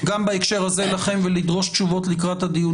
השוטרים בכלים שיש לכם ותגישו על הטרדות מיניות ותגישו על